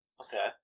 Okay